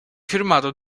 firmato